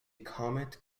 comet